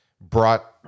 brought